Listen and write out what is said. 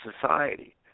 society